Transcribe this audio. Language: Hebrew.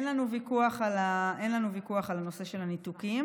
אין לנו ויכוח על הנושא של הניתוקים.